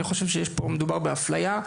אני חושב שמדובר פה באפליה,